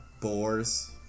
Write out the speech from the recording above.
Boars